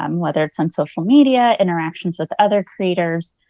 um whether it's on social media, interactions with other creators,